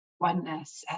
oneness